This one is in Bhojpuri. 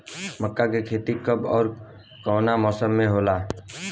मका के खेती कब ओर कवना मौसम में होला?